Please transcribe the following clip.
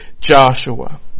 Joshua